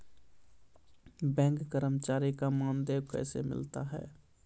Bank कर्मचारी का मानदेय कैसे मिलता हैं?